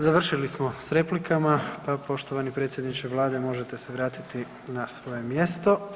Završili smo sa replikama, pa poštovani predsjedniče Vlade možete se vratiti na svoje mjesto.